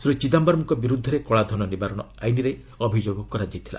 ଶ୍ରୀ ଚିଦାମ୍ଘରମ୍ଙ୍କ ବିରୁଦ୍ଧରେ କଳାଧନ ନିବାରଣ ଆଇନରେ ଅଭିଯୋଗ କରାଯାଇଥିଲା